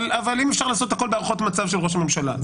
אם אפשר לעשות הכול בהערכות מצב של ראש הממשלה.